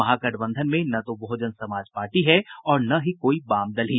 महागठबंधन में न तो बहुजन समाज पार्टी है और न ही कोई वामदल ही